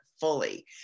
fully